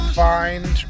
find